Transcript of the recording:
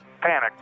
Panic